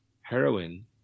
Heroin